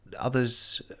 Others